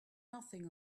nothing